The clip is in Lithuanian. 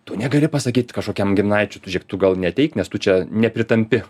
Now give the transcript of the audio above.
tu negali pasakyt kažkokiam giminaičiui tu žėk tu gal neateik nes tu čia nepritampi